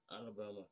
Alabama